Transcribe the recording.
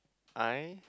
I